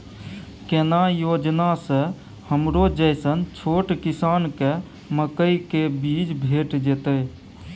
केना योजना स हमरो जैसन छोट किसान के मकई के बीज भेट जेतै?